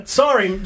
sorry